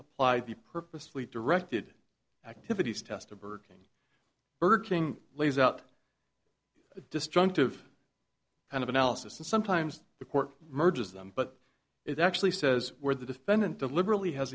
applied the purposefully directed activities test a burger king burger king lays out a destructive kind of analysis and sometimes the court merges them but it actually says where the defendant deliberately has